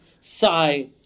sigh